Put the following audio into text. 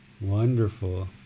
wonderful